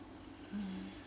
hmm